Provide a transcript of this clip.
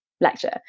Lecture